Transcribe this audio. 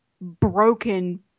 broken